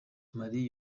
mali